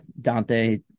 Dante